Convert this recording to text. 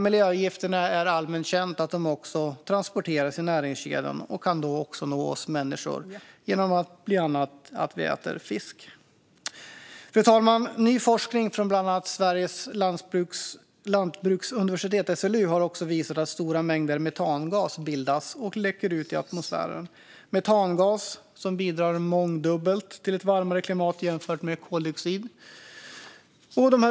Det är allmänt känt att dessa miljögifter transporteras i näringskedjan och kan nå oss människor när vi till exempel äter fisk. Fru talman! Ny forskning från bland annat Sveriges lantbruksuniversitet, SLU, har visat att stora mängder metangas bildas och läcker ut i atmosfären. Metangas bidrar mångdubbelt till ett varmare klimat jämfört med koldioxid.